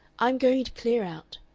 i'm going to clear out.